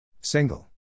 Single